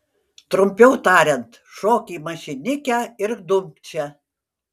trumpiau tariant šok į mašinikę ir dumk čia